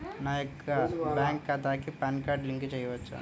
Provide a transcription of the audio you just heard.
నా యొక్క బ్యాంక్ ఖాతాకి పాన్ కార్డ్ లింక్ చేయవచ్చా?